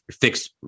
fixed